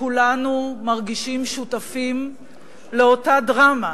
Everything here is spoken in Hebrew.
כולנו מרגישים שותפים לאותה דרמה,